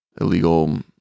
illegal